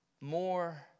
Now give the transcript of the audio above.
more